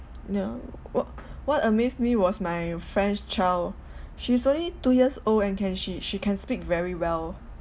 yeah what what amazed me was my friend's child she's only two years old and can she she can speak very well